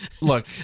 look